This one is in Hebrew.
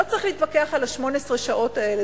לא צריך להתווכח על 18 השעות האלה,